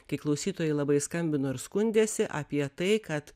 kai klausytojai labai skambino ir skundėsi apie tai kad